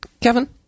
Kevin